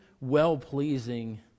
well-pleasing